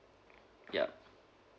ya